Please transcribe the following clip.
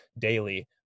daily